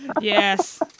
Yes